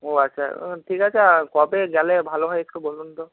ও আচ্ছা ঠিক আছে আর কবে গেলে ভালো হয় একটু বলুন তো